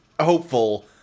hopeful